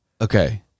Okay